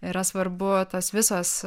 yra svarbu tos visos